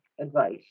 advice